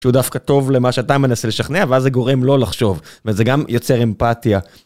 שהוא דווקא טוב למה שאתה מנסה לשכנע, ואז זה גורם לא לחשוב. וזה גם יוצר אמפתיה.